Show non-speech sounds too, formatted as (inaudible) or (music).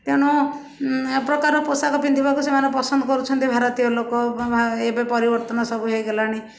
ତେଣୁ ଏପ୍ରକାର ପୋଷାକ ପିନ୍ଧିବାକୁ ସେମାନେ ପସନ୍ଦ କରୁଛନ୍ତି ଭାରତୀୟ ଲୋକ (unintelligible) ଏବେ ପରିବର୍ତ୍ତନ ସବୁ ହେଇଗଲାଣି